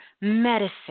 medicine